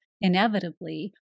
inevitably